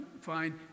fine